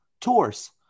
tours